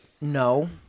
No